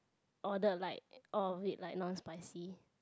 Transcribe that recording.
ordered all of it like non spicy